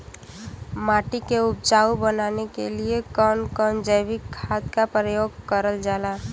माटी के उपजाऊ बनाने के लिए कौन कौन जैविक खाद का प्रयोग करल जाला?